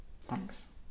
Thanks